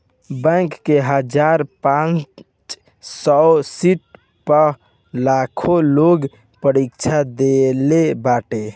bank के हजार पांच सौ सीट पअ लाखो लोग परीक्षा देहले बाटे